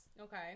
Okay